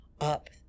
up